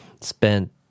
spent